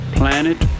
planet